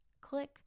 Click